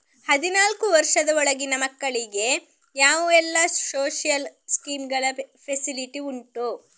ಹದಿನಾಲ್ಕು ವರ್ಷದ ಒಳಗಿನ ಮಕ್ಕಳಿಗೆ ಯಾವೆಲ್ಲ ಸೋಶಿಯಲ್ ಸ್ಕೀಂಗಳ ಫೆಸಿಲಿಟಿ ಉಂಟು?